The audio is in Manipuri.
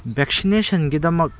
ꯚꯦꯛꯁꯤꯅꯦꯁꯟꯒꯤꯗꯃꯛ